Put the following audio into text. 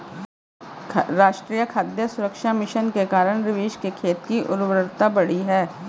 राष्ट्रीय खाद्य सुरक्षा मिशन के कारण रवीश के खेत की उर्वरता बढ़ी है